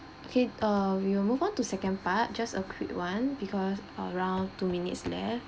okay err we will move on to second part just a quick one because around two minutes left